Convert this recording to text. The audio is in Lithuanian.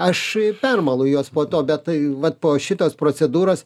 aš permalu juos po to bet tai vat po šitos procedūros